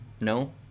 No